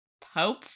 Pope